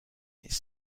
its